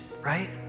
right